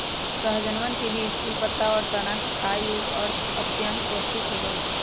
सहजनवन के बीज, फूल, पत्ता, और तना खाय योग्य और अत्यंत पौष्टिक होबा हई